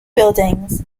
buildings